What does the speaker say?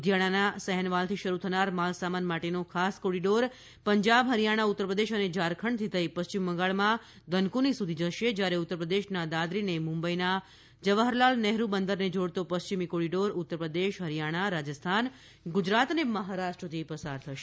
લુધિયાણાના સહેનવાલથી શરૂ થનાર માલસામાન માટેનો ખાસ કોરિડોર પંજાબ હરિયાણા ઉત્તરપ્રદેશ અને ઝારખંડથી થઈ પશ્ચિમબંગાળમાં દનકુની સુધી જશે જ્યારે ઉત્તરપ્રદેશના દાદરીને મુંબઈના જવાહરલાલ નહેરૂ બંદરને જોડતો પશ્ચિમી કોરિડોર ઉત્તરપ્રદેશ હરિયાણા રાજસ્થાન ગુજરાત અને મહારાષ્ટ્રાથી પસાર થશે